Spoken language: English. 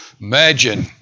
Imagine